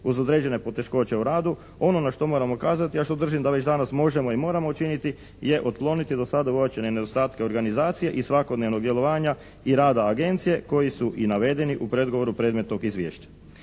uz određene poteškoće u radu ono na što moramo ukazati a što držim da već danas možemo i moramo učiniti je otkloniti do sada uočene nedostatke organizacije i svakodnevnog djelovanja i rada agencije koji su i navedeni u predgovoru predmetnog izvješća.